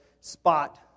spot